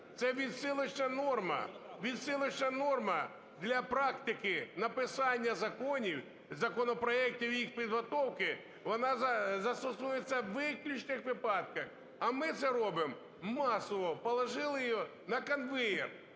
відсилочна норма для практики написання законів, законопроектів і їх підготовки, вона застосовується у виключних випадках. А ми це робимо масово, положили його на конвеєр.